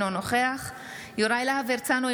אינו נוכח יוראי להב הרצנו,